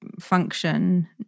function